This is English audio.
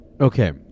okay